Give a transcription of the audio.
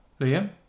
Liam